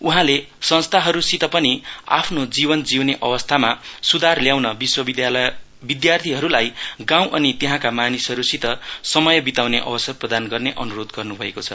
उहाँले संस्थानहरूसित पनि आफ्नो जीउने अवस्थामा सुधार ल्याउन विद्यार्थीहरूलाई गाउँ अनि त्यहाँका मानिससित समय बिताउने अवसर प्रदान गर्ने अनुरोध गर्नु भएको छ